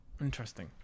Interesting